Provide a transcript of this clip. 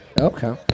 Okay